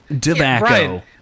tobacco